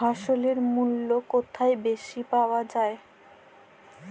ফসলের মূল্য কোথায় বেশি পাওয়া যায়?